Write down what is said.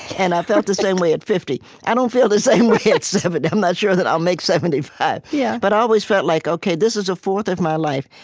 and i felt the same way at fifty. i don't feel the same way at seventy. i'm not sure that i'll make seventy five, yeah but i always felt like, ok, this is a fourth of my life.